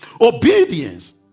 Obedience